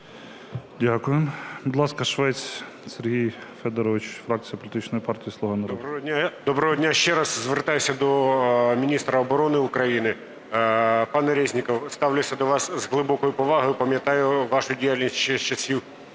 Дякую. Будь ласка, Швець Сергій Федорович, фракція політичної партії "Слуга народу". 11:42:18 ШВЕЦЬ С.Ф. Доброго дня. Ще раз звертаюся до міністра оборони України. Пане Резніков, ставлюся до вас з глибокою повагою, пам'ятаю вашу діяльність ще з часів